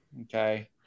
Okay